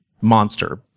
monster